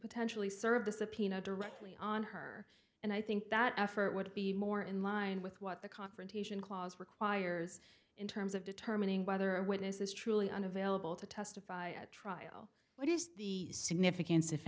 potentially served a subpoena directly on her and i think that effort would be more in line with what the confrontation clause requires in terms of determining whether a witness is truly unavailable to testify at trial what is the significance if